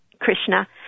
Krishna